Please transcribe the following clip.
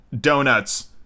donuts